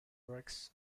works